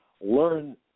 learn